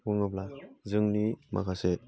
बुङोब्ला जोंनि माखासे